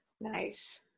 Nice